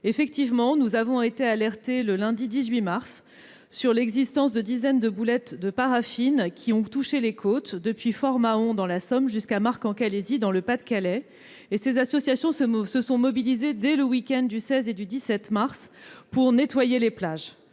Effectivement, nous avons été alertés le lundi 18 mars dernier sur l'existence de dizaines de boulettes de paraffine sur les côtes, depuis Fort-Mahon, dans la Somme, jusqu'à Marck-en-Calaisis, dans le Pas-de-Calais. Des associations se sont mobilisées dès le week-end des 16 et 17 mars, afin de nettoyer les plages.